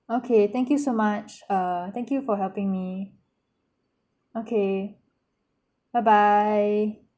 okay thank you so much err thank you for helping me okay bye bye